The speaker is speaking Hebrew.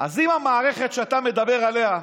אז אם המערכת שאתה מדבר עליה,